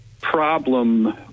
problem